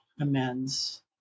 amends